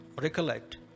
recollect